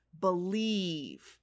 believe